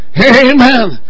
Amen